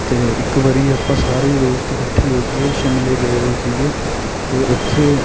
ਅਤੇ ਇੱਕ ਵਾਰ ਆਪਾਂ ਸਾਰੇ ਦੋਸਤ ਇਕੱਠੇ ਹੋ ਕੇ ਸ਼ਿਮਲੇ ਗਏ ਹੋਏ ਸੀਗੇ ਅਤੇ ਉੱਥੇ